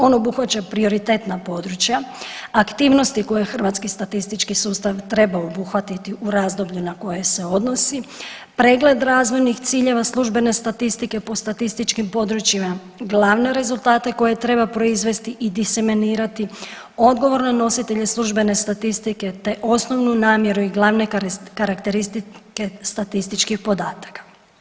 On obuhvaća prioritetna područja, aktivnosti koje Hrvatski statistički sustav treba obuhvatiti u razdoblju na koje se odnosi, pregled razvojnih ciljeva službene statistike po statističkim područjima, glavne rezultate koje treba proizvesti i disemenirati odgovorno nositelje službene statistike, te osnovnu namjeru i glavne karakteristike statističkih podataka.